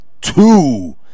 two